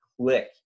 click